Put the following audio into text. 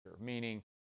meaning